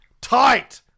Tight